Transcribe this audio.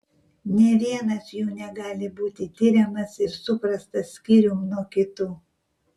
nė vienas jų negali būti tiriamas ir suprastas skyrium nuo kitų